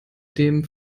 dem